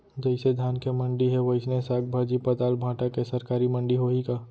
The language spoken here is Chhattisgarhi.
जइसे धान के मंडी हे, वइसने साग, भाजी, पताल, भाटा के सरकारी मंडी होही का?